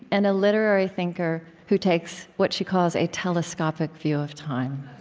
and a literary thinker who takes what she calls a telescopic view of time.